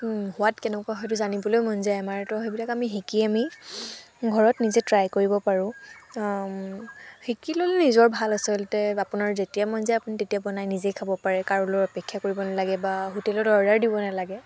সোৱাদ কেনেকুৱা সেইটো জানিবলৈও মন যায় আমাৰতো সেইবিলাক আমি শিকি আমি ঘৰত নিজে ট্ৰাই কৰিব পাৰোঁ শিকি ল'লে নিজৰ ভাল আচলতে আপোনাৰ যেতিয়াই মই যায় আপুনি তেতিয়া নিজেই বনাই খাব পাৰে কাৰোলৈ অপেক্ষা কৰিব নেলাগে বা হোটেলত অৰ্ডাৰো দিব নেলাগে